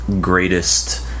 greatest